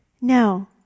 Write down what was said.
No